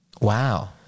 Wow